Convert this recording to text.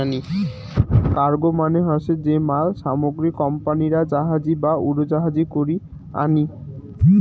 cargo মানে হসে যে মাল সামগ্রী কোম্পানিরা জাহাজী বা উড়োজাহাজী করি আনি